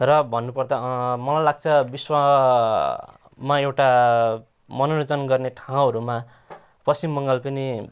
भन्नु पर्दा मलाई लाग्छ विश्वमा एउटा मनोरन्जन गर्ने ठाउँहरूमा पश्चिम बङ्गाल पनि